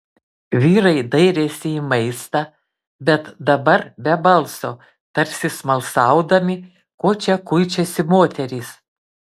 vyrai dairėsi į maistą bet dabar be balso tarsi smalsaudami ko čia kuičiasi moterys